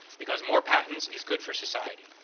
because more patents is good for society.